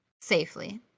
safely